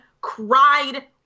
cried